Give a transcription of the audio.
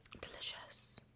Delicious